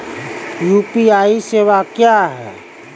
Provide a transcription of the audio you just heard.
UPI सेवा क्या हैं?